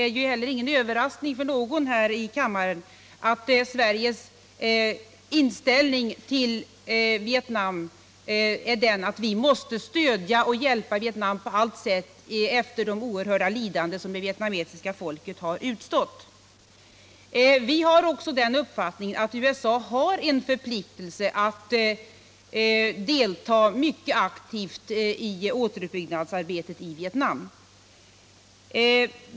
Det är ju heller ingen överraskning för någon här i kammaren att Sveriges inställning till Vietnam är att vi måste stödja och hjälpa Vietnam på allt sätt efter de oerhörda lidanden som det vietnamesiska folket har utstått. Vi har också den uppfattningen att USA har en förpliktelse att delta mycket aktivt i återuppbyggnadsarbetet i Vietnam.